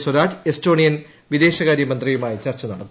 Swaraj Estonian വിദേശകാരൃ മന്ത്രിയുമായി ചർച്ച നടത്തി